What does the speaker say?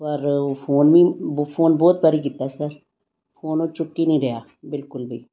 ਪਰ ਉਹ ਫੋਨ ਵੀ ਬ ਫੋਨ ਬਹੁਤ ਵਾਰੀ ਕੀਤਾ ਸਰ ਫੋਨ ਉਹ ਚੁੱਕ ਹੀ ਨਹੀਂ ਰਿਹਾ ਬਿਲਕੁਲ ਵੀ